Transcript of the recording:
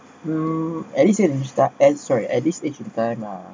mmhmm at this age at time oh sorry at this age in time ah